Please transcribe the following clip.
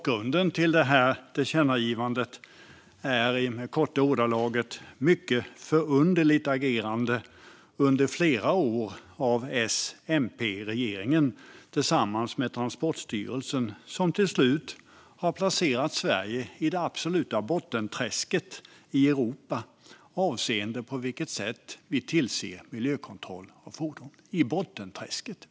Grunden till tillkännagivandet är i korta ordalag det mycket förunderliga agerandet under flera år av S-MP-regeringen tillsammans med Transportstyrelsen som till slut har placerat Sverige i Europas absoluta bottenträsk avseende på vilket sätt vi tillser miljökontroll av fordon.